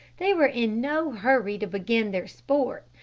they were in no hurry to begin their sport.